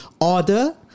order